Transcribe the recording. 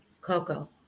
Coco